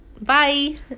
bye